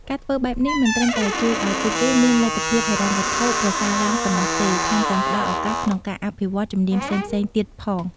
ការធ្វើបែបនេះមិនត្រឹមតែជួយឱ្យពួកគេមានលទ្ធភាពហិរញ្ញវត្ថុប្រសើរឡើងប៉ុណ្ណោះទេ ថែមទាំងផ្តល់ឱកាសក្នុងការអភិវឌ្ឍជំនាញផ្សេងៗទៀតផង។